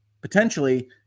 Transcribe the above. potentially